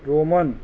roman